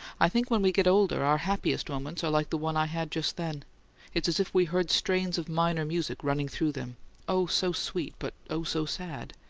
i think when we get older our happiest moments are like the one i had just then it's as if we heard strains of minor music running through them oh, so sweet, but oh, so sad!